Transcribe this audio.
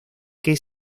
que